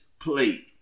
Plate